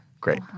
great